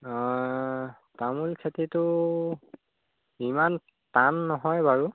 অঁ তামোল খেতিটো ইমান টান নহয় বাৰু